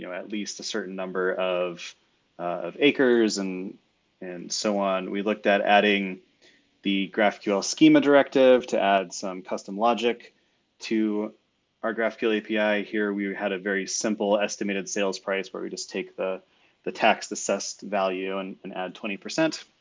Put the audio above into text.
you know at least a certain number of of acres, and and so on. we looked at adding the graphql schema directive to add some custom logic to our graphql api here. we had a very simple estimated sales price where we just take the the tax assessed value and and add twenty.